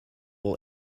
will